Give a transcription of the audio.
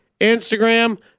Instagram